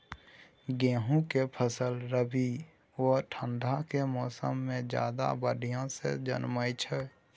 गेहूं के फसल रबी आ ठंड के मौसम में ज्यादा बढ़िया से जन्में छै?